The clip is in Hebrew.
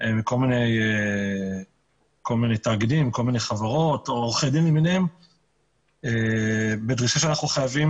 מכל מיני תאגידים וחברות או עורכי דין בדרישה שאנחנו חייבים